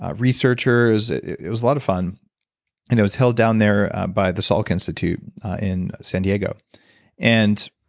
ah researchers, it it was a lot of fun and it was held down there by the sal institute in san diego and